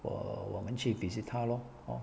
我我们去 visit 她咯 hor